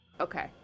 Okay